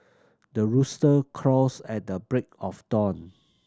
the rooster crows at the break of dawn